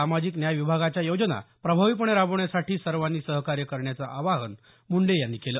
सामाजिक न्याय विभागाच्या योजना प्रभावीपणे राबवण्यासाठी सर्वांनी सहकार्य करण्याचं आवाहन मुंडे यांनी केलं